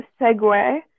segue